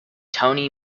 tony